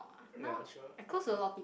ya sure up to you